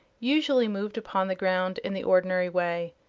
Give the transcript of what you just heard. usually moved upon the ground in the ordinary way.